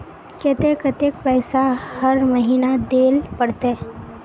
केते कतेक पैसा हर महीना देल पड़ते?